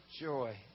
joy